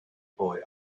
boy